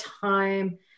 time